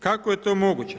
Kako je to moguće?